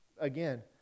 again